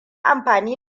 amfani